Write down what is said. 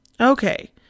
Okay